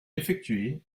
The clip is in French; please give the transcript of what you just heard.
effectuées